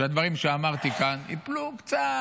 שהדברים שאמרתי כאן ייפלו קצת,